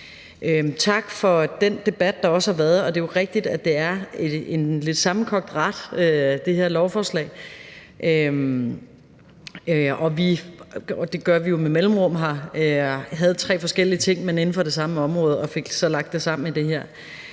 Tak for den debat, der også har været. Det er jo rigtigt, at det her lovforslag er en lidt sammenkogt ret. Det har vi jo med mellemrum. Her havde vi tre forskellige ting, men inden for det samme område, som vi fik lagt sammen i det her